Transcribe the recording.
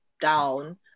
down